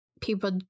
people